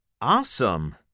Awesome